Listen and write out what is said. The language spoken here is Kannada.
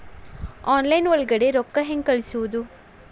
ಆನ್ಲೈನ್ ಒಳಗಡೆ ರೊಕ್ಕ ಹೆಂಗ್ ಕಳುಹಿಸುವುದು?